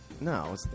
No